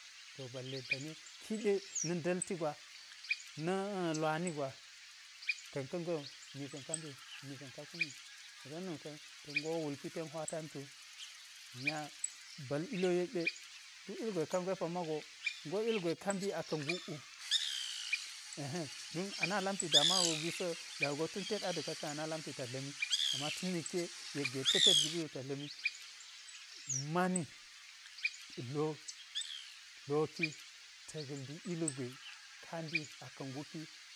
To ballantane ki ɗe na̱ nda̱lti gwa na̱ lwani gwa, ka̱n ka̱ ngwe wu, ni ka̱n ka mbi yi ni ka̱n ka kumi yi don nu tan ngo wulpi ten hwa tantu, nya bal ili wo yek ɗe, duk ilgwe ka ngwe pammago, ngo ugwe ka mbi aka̱ nguk wu, ehe don a na lamti da mawu gwisi wo da mago tuntet ada̱ka ka̱n a na lamti ta dla̱mi, amma tun na̱kke yek ge te tet giɓi wu, ta dla̱mi, mani dlo, dloki ta̱k mbi ilgwe ka̱ mbi aka̱ nguki